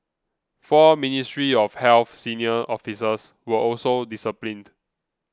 four Ministry of Health senior officers were also disciplined